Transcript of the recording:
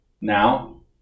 now